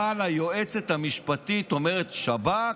אבל היועצת המשפטית אומרת: שב"כ,